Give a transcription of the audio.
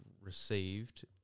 received